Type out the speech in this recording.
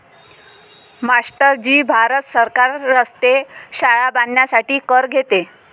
master ji Bharat सरकार रस्ते, शाळा बांधण्यासाठी कर घेते